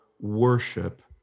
worship